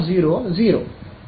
ಆಮೇಲೆ θ π 2